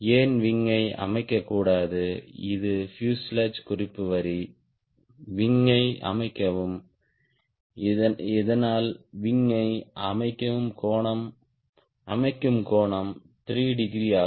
ஏன் விங் யை அமைக்கக்கூடாது இது பியூசேலாஜ் குறிப்பு வரி விங் யை அமைக்கவும் இதனால் விங் யை அமைக்கும் கோணம் 3 டிகிரி ஆகும்